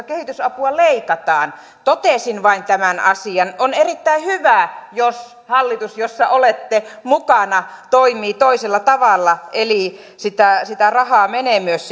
kehitysapua leikataan totesin vain tämän asian on erittäin hyvä jos hallitus jossa olette mukana toimii toisella tavalla eli sitä sitä rahaa menee myös